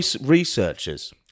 researchers